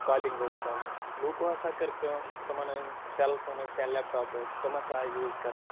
calling ٲس بنٛد لُکو ہَسا کٔر کٲم تِمَن یِم سٮ۪ل فون ٲسۍ یا لٮ۪پٹاپ ٲسۍ تِم ہَسا آے یوٗز کَرنہٕ